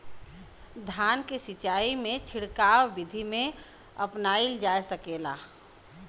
धान के सिचाई में छिड़काव बिधि भी अपनाइल जा सकेला?